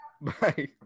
Bye